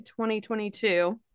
2022